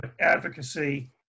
advocacy